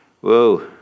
Whoa